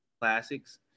classics